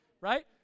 Right